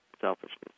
selfishness